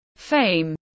Fame